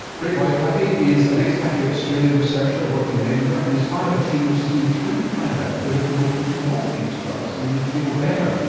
ray boyapati is an expatriate australian researcher working in edinburgh and is part of a team which has been trying to find out whether people can come off these drugs when they feel better.